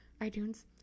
iTunes